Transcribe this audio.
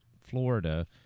Florida